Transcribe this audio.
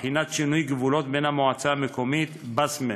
בחינת שינוי גבולות בין המועצה המקומית בסמ"ה,